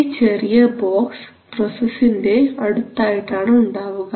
ഈ ചെറിയ ബോക്സ് പ്രോസസിന്റെ അടുത്ത് ആയിട്ടാണ് ഉണ്ടാവുക